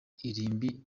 irimbi